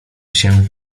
się